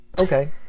Okay